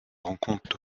rencontrent